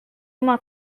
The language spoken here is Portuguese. uma